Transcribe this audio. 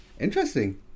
Interesting